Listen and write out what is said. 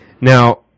Now